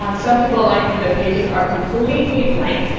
um some people like when the pages are completely blank,